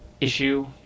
issue